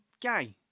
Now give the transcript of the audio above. guy